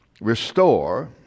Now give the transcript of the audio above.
restore